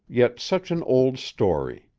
yet such an old story.